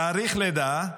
תאריך לידה: